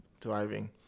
driving